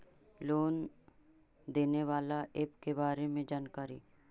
Loan देने बाला app के बारे मे जानकारी?